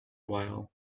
while